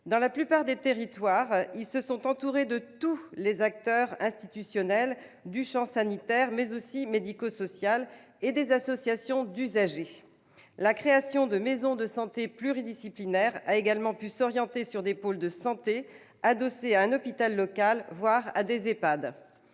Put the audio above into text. Dans la plupart des territoires, ces derniers se sont entourés de tous les acteurs institutionnels du champ sanitaire et médico-social, ainsi que des associations d'usagers. La création de maisons de santé pluridisciplinaires a également pu s'orienter sur des pôles de santé adossés à un hôpital local, voire à des EHPAD.